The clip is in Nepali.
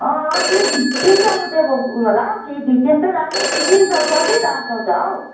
तिस तिन सौ रुपियाँ होला हौ केजी त्यस्तै लाग्यो तिन सौ छ कि चार सौ छ हौ